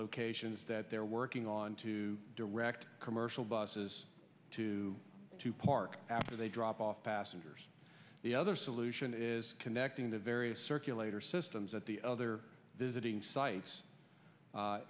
locations that they're working on to direct commercial buses to to park after they drop off passengers the other solution is connecting the various circulator systems at the other visiting sites